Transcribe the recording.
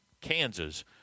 Kansas